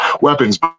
weapons